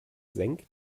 senkt